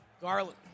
Garland